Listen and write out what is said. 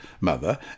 mother